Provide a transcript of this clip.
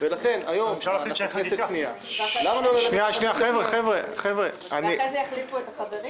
ואחרי זה יחליפו את החברים?